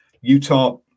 Utah